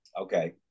Okay